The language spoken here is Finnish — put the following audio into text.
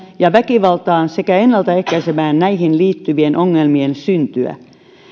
ja väkivaltaan sekä ennaltaehkäisemään näihin liittyvien ongelmien syntyä